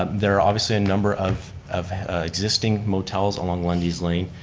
there are obviously a number of of existing motels along lundy's lane.